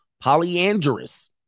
polyandrous